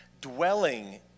dwelling